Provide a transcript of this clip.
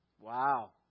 Wow